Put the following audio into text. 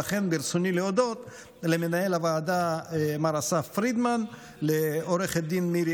ולכן ברצוני להודות למנהל הוועדה מר אסף פרידמן ולעו"ד מירי